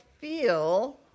feel